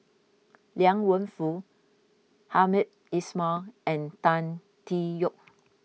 Liang Wenfu Hamed Ismail and Tan Tee Yoke